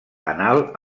anal